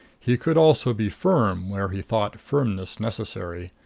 he could also be firm where he thought firmness necessary.